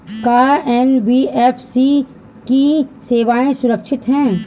का एन.बी.एफ.सी की सेवायें सुरक्षित है?